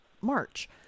March